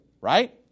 right